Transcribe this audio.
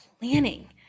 planning